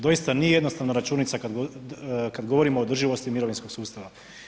Doista, nije jednostavna računica kad govorimo o održivosti mirovinskog sustava.